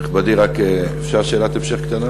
נכבדי, אפשר שאלת המשך קטנה?